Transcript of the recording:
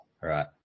Right